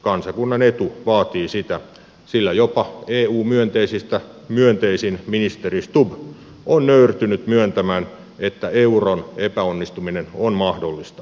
kansakunnan etu vaatii sitä sillä jopa eu myönteisistä myönteisin ministeri stubb on nöyrtynyt myöntämään että euron epäonnistuminen on mahdollista